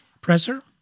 presser